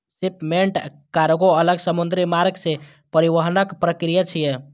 shipment कार्गों अलग समुद्री मार्ग सं परिवहनक प्रक्रिया छियै